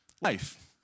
life